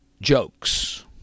jokes